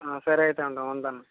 సరే అయితే ఉంటాను